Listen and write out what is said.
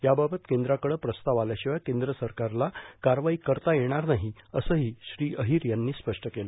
याबाबत केंद्राकडं प्रस्ताव आल्याशिवाय केंद्र सरकारला कारवाई करता येणार नाही असंही श्री अहीर यांनी स्पष्ट केलं